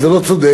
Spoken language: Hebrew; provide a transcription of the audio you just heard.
וזה לא צודק,